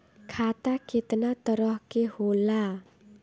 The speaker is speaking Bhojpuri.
खाता केतना तरह के होला?